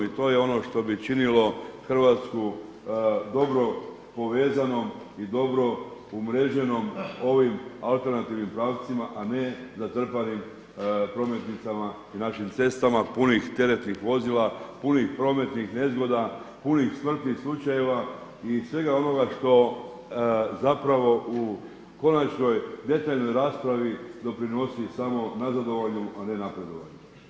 I to je ono što bi činilo Hrvatsku dobro povezanom i dobro umreženom ovim alternativnim pravcima, a ne zatrpanim prometnicama na našim cestama punih teretnih vozila, punih prometnih nezgoda, punih smrtnih slučajeva i svega onoga što u konačnoj detaljnoj raspravi doprinosi samo nazadovanju, a ne napredovanju.